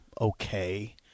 okay